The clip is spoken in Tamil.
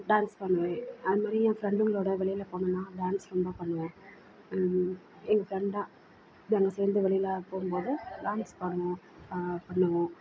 டான்ஸ் பண்ணுவேன் அது மாதிரி என் ஃப்ரெண்ட்டுங்களோடு வெளியில் போனேன்னால் டான்ஸ் ரொம்ப பண்ணுவேன் என் ஃப்ரெண்டாக நாங்கள் எல்லாம் சேர்ந்து வெளியில் போகும்போது டான்ஸ் பண்ணுவோம் பண்ணுவோம்